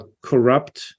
corrupt